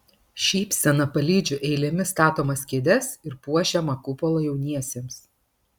šypsena palydžiu eilėmis statomas kėdes ir puošiamą kupolą jauniesiems